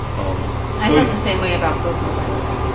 um i felt the same way about coco, by the way.